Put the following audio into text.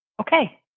Okay